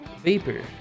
Vapor